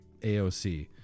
AOC